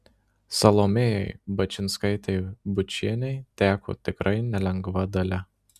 salomėjai bačinskaitei bučienei teko tikrai nelengva dalia